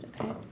Okay